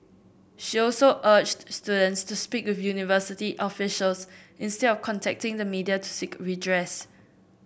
she also urged students to speak with university officials instead of contacting the media to seek redress